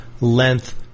length